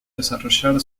desarrollar